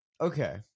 Okay